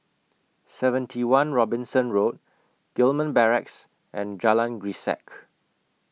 seventy one Robinson Road Gillman Barracks and Jalan Grisek